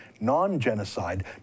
non-genocide